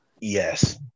Yes